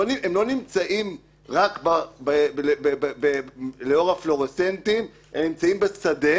הם לא נמצאים רק לאור הפלורוסנטים אלא נמצאים בשדה